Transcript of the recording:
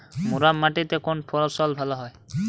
মুরাম মাটিতে কোন ফসল ভালো হয়?